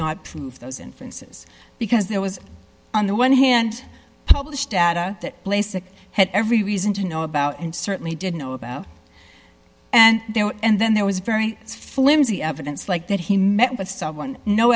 not prove those inferences because there was on the one hand published data that lasik had every reason to know about and certainly didn't know about and and then there was very flimsy evidence like that he met with someone no